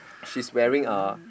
she's wearing a